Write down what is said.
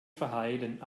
verheilen